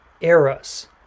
eras